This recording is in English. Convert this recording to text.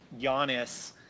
Giannis